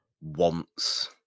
wants